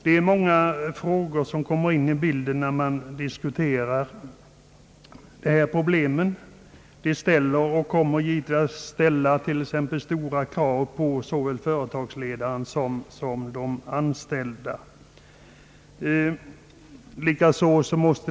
Det är många frågor som kommer in i bilden när man diskuterar dessa problem. Stora krav kommer att ställas såväl på företagsledaren som på de anställda.